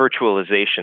virtualization